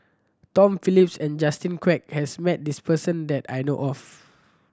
Tom Phillips and Justin Quek has met this person that I know of